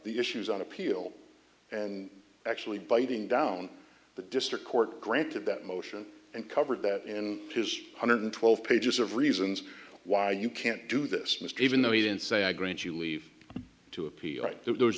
the issues on appeal and actually biting down the district court granted that motion and covered that in his one hundred twelve pages of reasons why you can't do this mr even though he didn't say i grant you leave to appeal right there's